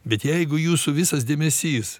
bet jeigu jūsų visas dėmesys